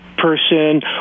person